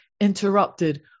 interrupted